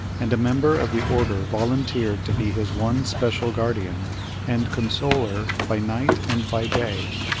and a member of the order volunteered to be his one special guardian and consoler, by night and by day.